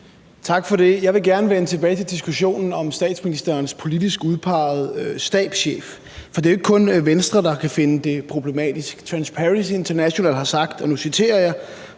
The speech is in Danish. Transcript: Tak for det. Jeg vil gerne vende tilbage til diskussionen om statsministerens politisk udpegede stabschef, for det er jo ikke kun Venstre, der kan finde det problematisk. Transparency International har sagt – og nu citerer jeg: